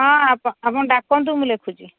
ହଁ ଆପଣ ଡାକନ୍ତୁ ମୁଁ ଲେଖୁଛି